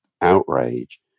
outrage